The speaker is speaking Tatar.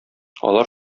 алар